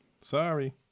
Sorry